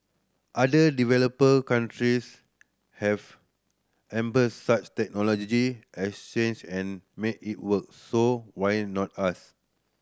other developer countries have such and made it work so why not us